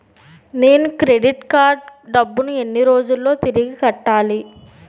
నేను credit card డబ్బును ఎన్ని రోజుల్లో తిరిగి కట్టాలి?